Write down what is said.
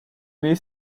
nés